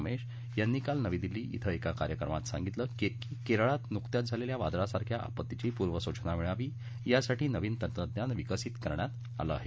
रमेश यांनी काल नवी दिल्ली येथे एका कार्यक्रमात सांगितलं की केरळ मध्ये नुकत्याच झालेल्या वादळासारख्या आपत्तीची पूर्व सूचना मिळावी यासाठी नवीन तंत्रज्ञान विकसित करण्यात आलं आहे